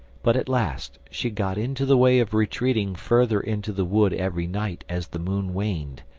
but at last she got into the way of retreating further into the wood every night as the moon waned,